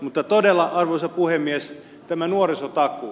mutta todella arvoisa puhemies tämä nuorisotakuu